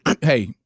hey